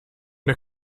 der